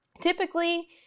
Typically